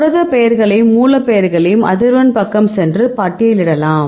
புரதப் பெயர்களையும் மூலப் பெயர்களையும் அதிர்வெண் பக்கம் சென்று பட்டியலிடலாம்